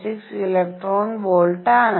6 electron volt ആണ്